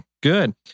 Good